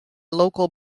local